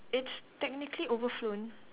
it's technically overflowing